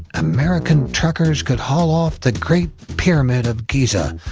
american truckers could haul off the great pyramid of giza,